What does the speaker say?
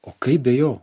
o kaip be jo